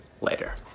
later